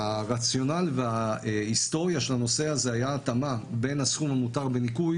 הרציונל וההיסטוריה של הנושא הזה היה ההתאמה בין הסכום המותר בניכוי,